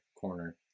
corner